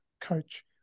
coach